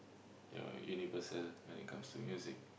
you're universal when it comes to music